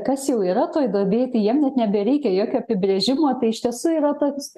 kas jau yra toj duobėj tai jiem net nebereikia jokio apibrėžimo tai iš tiesų yra tas